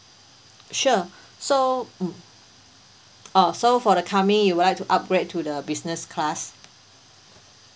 sure so mm oh so for the coming you would like to upgrade to the business class